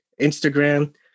Instagram